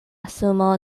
sumo